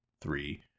three